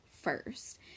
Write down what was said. first